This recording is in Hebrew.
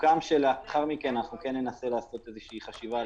סוכם שלאחר מכן ננסה לעשות איזו שהיא חשיבה,